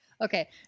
Okay